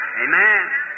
Amen